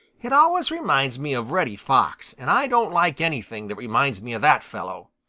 it always reminds me of reddy fox, and i don't like anything that reminds me of that fellow.